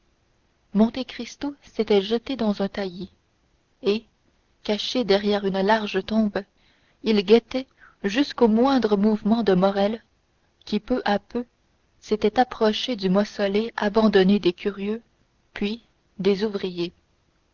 beauchamp monte cristo s'était jeté dans un taillis et caché derrière une large tombe il guettait jusqu'au moindre mouvement de morrel qui peu à peu s'était approché du mausolée abandonné des curieux puis des ouvriers